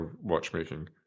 watchmaking